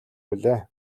билээ